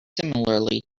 similarly